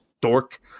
dork